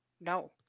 No